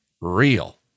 real